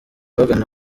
bagana